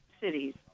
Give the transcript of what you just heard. cities